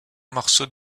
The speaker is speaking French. morceau